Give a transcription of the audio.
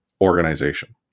organization